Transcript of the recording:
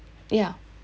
ya